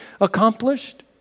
accomplished